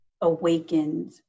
awakened